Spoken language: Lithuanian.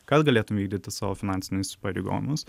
kad galėtum vykdyti savo finansinius įsipareigojimus